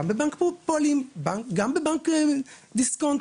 גם בבנק פועלים, בבנק דיסקונט,